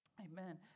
Amen